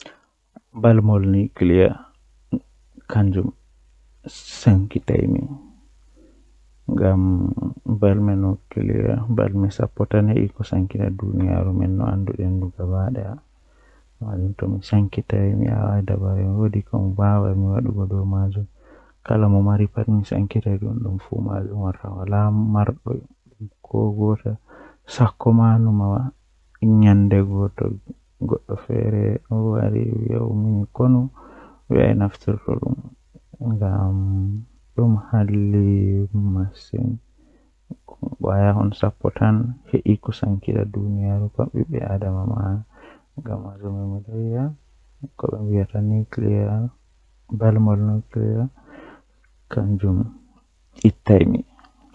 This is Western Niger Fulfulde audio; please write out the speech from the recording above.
Ndikka kondei alaata wolwoo gonga Ko ɓuri waɗde neɗɗo ndi luɓiɗo ngam ndi waɗi njiɗgol e haɗinɗo. Luɓiɗo ngal waɗi waɗde no anndina faabaare e ɓuriɗo hol no ɗuum waɗata. Ɓe faala neɗɗo luɓiɗo waɗi waɗde feertondirde mo e ɓuri ngurndan. Mbele pessimist ɗum waɗata, ɗum maa waɗa ɗum ngal wondi miijo mo ina tiiɗii, kono waawaa waɗata yamirde e waɗiindi.